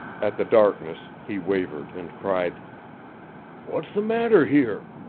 at the darkness he wavered and cried what's the matter here?